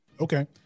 Okay